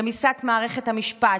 רמיסת מערכת המשפט,